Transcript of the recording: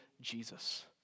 Jesus